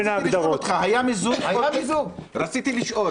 עשינו מיזוג סיעות.